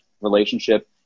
relationship